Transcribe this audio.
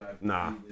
nah